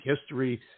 history